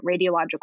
radiological